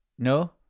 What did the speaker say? No